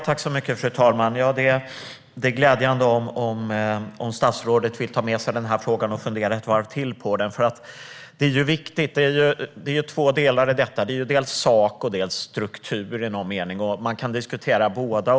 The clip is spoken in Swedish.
Fru talman! Det är glädjande om statsrådet vill ta med sig frågan och fundera ett varv till på den, för den är viktig. Det finns i någon mening två delar i detta - dels sak, dels struktur. Man kan diskutera båda.